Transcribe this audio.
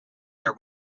their